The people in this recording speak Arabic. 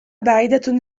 بعيدة